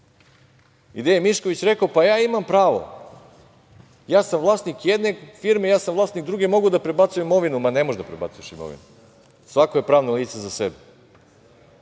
gde je Mišković rekao – pa, ja imam pravo, ja sam vlasnik jedne firme, ja sam vlasnik druge, mogu da prebacujem imovinu. Ma, ne možeš da prebacuješ imovinu. Svako je pravno lice za sebe